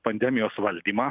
pandemijos valdymą